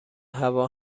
هوا